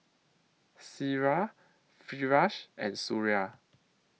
Syirah Firash and Suria